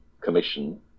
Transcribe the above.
commission